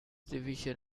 division